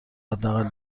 حداقل